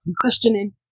questioning